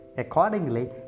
Accordingly